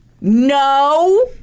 No